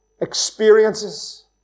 experiences